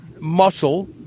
muscle